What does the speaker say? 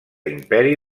imperi